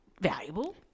valuable